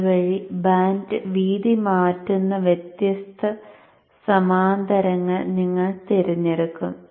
അതുവഴി ബാൻഡ് വീതി മാറ്റുന്ന വ്യത്യസ്ത സമാന്തരങ്ങൾ നിങ്ങൾ തിരഞ്ഞെടുക്കും